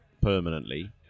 permanently